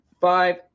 Five